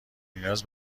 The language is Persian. نیاز